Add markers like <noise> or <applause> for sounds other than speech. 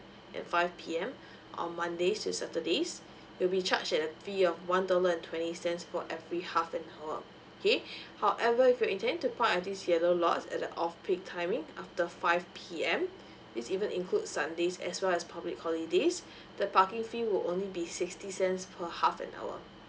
and five P_M <breath> on mondays to saturdays it'll be charged at the fee of one dollar and twenty cents for every half an hour okay <breath> however if you're intending to park at this yellow lots at the off peak timing after five P_M <breath> it's even include sundays as well as public holidays <breath> the parking fee will only be sixty cents per half an hour